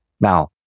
Now